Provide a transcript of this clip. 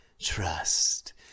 Trust